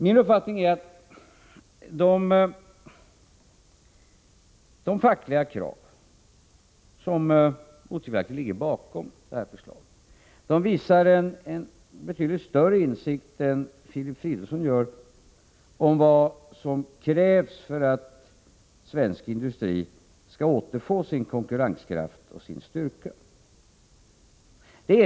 Min uppfattning är att de fackliga organisationerna med sina krav, som otvivelaktigt ligger bakom detta förslag, visar en betydligt större insikt än Filip Fridolfsson gör om vad som krävs för att svensk industri skall återfå sin konkurrenskraft och sin styrka.